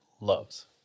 loves